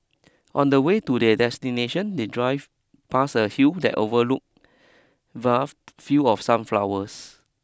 on the way to their destination they drive past a hill that overlooked vast field of sunflowers